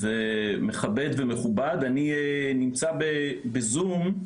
זה מכבד ומכובד, אני נמצא בזום,